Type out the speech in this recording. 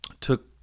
Took